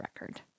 record